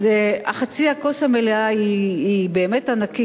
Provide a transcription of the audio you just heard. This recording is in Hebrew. אז חצי הכוס המלא הוא באמת ענק,